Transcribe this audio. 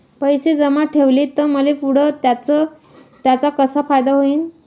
पैसे जमा ठेवले त मले पुढं त्याचा कसा फायदा होईन?